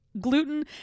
gluten